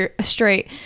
straight